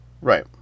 Right